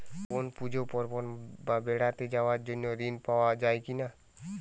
কোনো পুজো পার্বণ বা বেড়াতে যাওয়ার জন্য ঋণ পাওয়া যায় কিনা?